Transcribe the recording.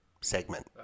segment